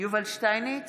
יובל שטייניץ,